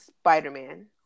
Spider-Man